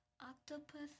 octopus